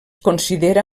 considera